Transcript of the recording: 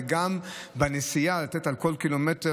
וגם בנסיעה לתת מס על כל קילומטר.